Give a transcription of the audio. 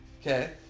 Okay